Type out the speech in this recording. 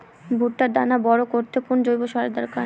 ভুট্টার দানা বড় করতে কোন জৈব সারের দরকার?